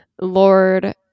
Lord